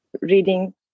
reading